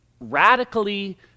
radically